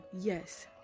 yes